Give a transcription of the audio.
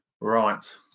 Right